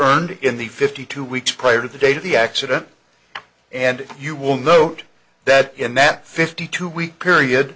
earned in the fifty two weeks prior to the date of the accident and you will note that in that fifty two week period